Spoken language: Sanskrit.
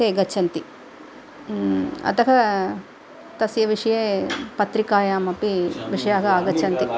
ते गच्छन्ति अतः तस्य विषये पत्रिकायामपि विषयाः आगच्छन्ति